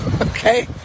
okay